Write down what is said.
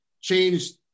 changed